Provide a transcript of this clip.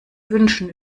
wünschen